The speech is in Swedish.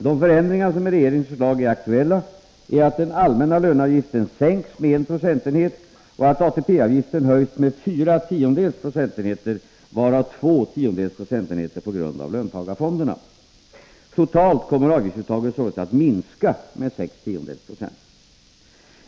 De förändringar som med regeringens förslag är aktuella är att den allmänna löneavgiften sänks med en procentenhet och att ATP-avgiften höjs med fyra tiondels procentenheter, varav två tiondels procentenheter på grund av löntagarfonderna. Totalt kommer avgiftsuttaget således att minska med sex tiondels procent.